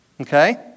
Okay